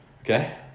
Okay